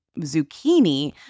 zucchini